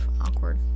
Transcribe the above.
awkward